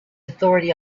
authority